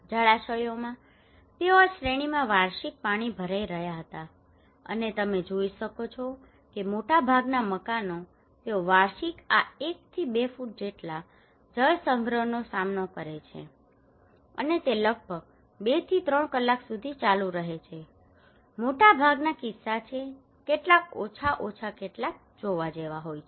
જળાશયોમાં તેઓ આ શ્રેણીમાં વાર્ષિક પાણી ભરાઇ રહ્યા હતા અને તમે અહીં જોઈ શકો છો કે મોટાભાગના મકાનો તેઓ વાર્ષિક આ એકથી બે ફૂટ જેટલા જળસંગ્રહનો સામનો કરે છે અને તે લગભગ બે થી ત્રણ કલાક સુધી ચાલુ રહે છે મોટાભાગના કિસ્સા છે કેટલાક ઓછા ઓછા કેટલાક જેવા હોય છે